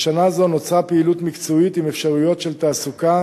בשנה זו נוצרה פעילות מקצועית עם אפשרויות של תעסוקה